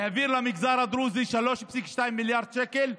והעביר למגזר הדרוזי 3.2 מיליארד שקל,